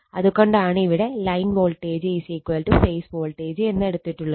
അതുകൊണ്ടാണ് ഇവിടെ line voltage phase voltage എന്ന് എടുത്തിട്ടുള്ളത്